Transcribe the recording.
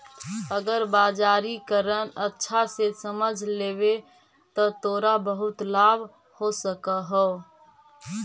अगर बाजारीकरण अच्छा से समझ लेवे त तोरा बहुत लाभ हो सकऽ हउ